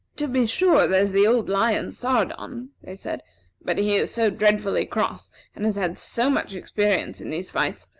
to be sure, there's the old lion, sardon, they said but he is so dreadfully cross and has had so much experience in these fights,